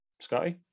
Scotty